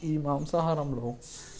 ఈ మాంసాహారంలో